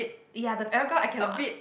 ya the paragraph I cannot